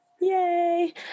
yay